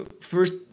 First